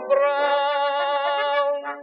Brown